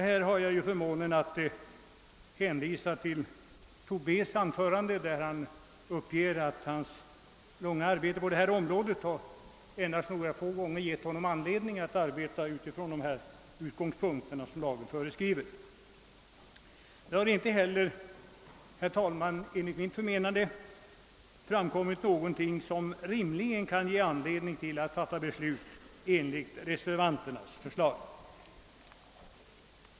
Här har jag förmånen att kunna hänvisa till herr Tobés anförande, i vilket han uppgav att hans långa arbete på detta område endast några få gånger givit honom anledning att arbeta utifrån de utgångspunkter som lagen föreskriver. Det har inte heller, herr talman, enligt mitt förmenande framkommit någonting som rimligen kan ge anledning till att fatta beslut enligt reservanternas förslag.